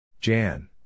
Jan